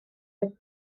oedd